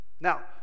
now